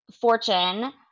Fortune